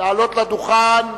לעלות לדוכן.